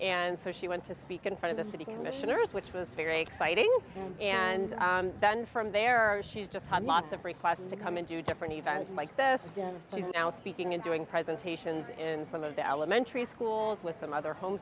and so she went to speak in front of the city commissioners which was very exciting and then from there or she's just had lots of requests to come in to different events like this she's now speaking and doing presentations and some of the elementary schools with some other home